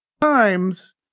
times